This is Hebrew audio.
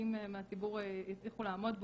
חלקים מהציבור יצליחו לעמוד בו.